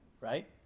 Right